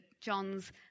John's